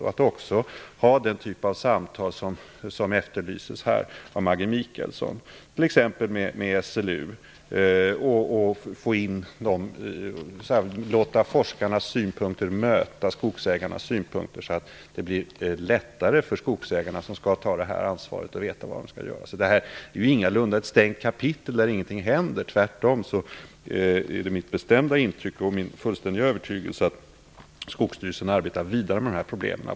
Den har också för avsikt att ha den typ av samtal som efterlyses här av Maggi Mikaelsson, t.ex. med SLU. Man vill låta forskarnas synpunkter möta skogsägarnas synpunkter, så att det blir lättare för skogsägarna som skall ta det här ansvaret att veta vad de skall göra. Det här är ingalunda ett stängt kapitel där ingenting händer. Tvärtom är det mitt bestämda intryck och min fullständiga övertygelse att Skogsstyrelsen arbetar vidare med de här problemen.